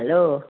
hello